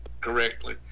correctly